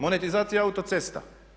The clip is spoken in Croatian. Monetizacija autocesta.